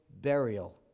burial